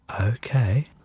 Okay